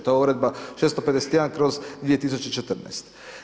To je Uredba 651/2014.